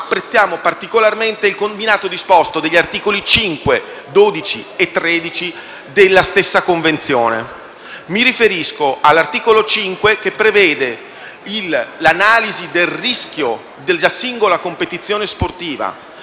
apprezziamo particolarmente il combinato disposto degli articoli 5, 12 e 13 della stessa Convenzione. Mi riferisco all'articolo 5, che prevede l'analisi del rischio della singola competizione sportiva,